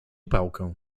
pałkę